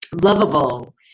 lovable